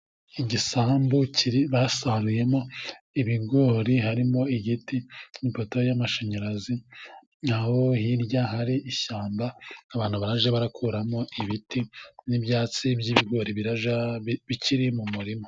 Igisambu basaruyemo ibigori, harimo igiti, n'ipoto y'amashanyarazi. Aho hirya hari ishyamba abantu bajya bakuramo ibiti, n'ibyatsi by'ibigori bikiri mu murima.